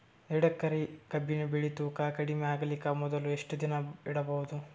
ಎರಡೇಕರಿ ಕಬ್ಬಿನ್ ಬೆಳಿ ತೂಕ ಕಡಿಮೆ ಆಗಲಿಕ ಮೊದಲು ಎಷ್ಟ ದಿನ ಇಡಬಹುದು?